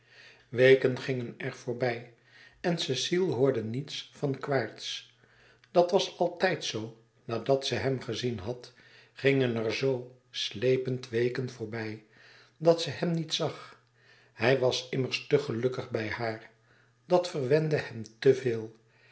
weken gingen er voorbij en cecile hoorde niets van quaerts dat was altijd zoo nadat ze hem gezien had gingen er zoo slepend weken voorbij dat ze hem niet zag hij was immers tè gelukkig bij haar dat verwende hem